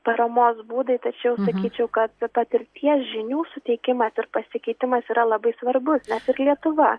paramos būdai tačiau sakyčiau kad patirties žinių suteikimas ir pasikeitimas yra labai svarbus nes ir lietuva